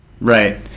Right